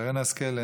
שרן השכל,